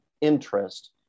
interest